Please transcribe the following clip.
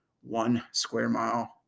one-square-mile